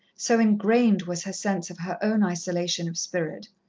so engrained was her sense of her own isolation of spirit.